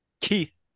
Keith